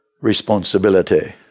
responsibility